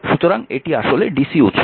সুতরাং এটি আসলে dc উৎস